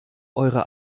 eure